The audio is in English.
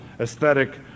aesthetic